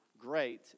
great